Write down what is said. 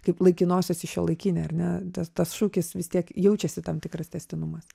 kaip laikinosios į šiuolaikinę ar ne tas tas šūkis vis tiek jaučiasi tam tikras tęstinumas